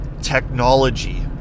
technology